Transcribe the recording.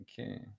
Okay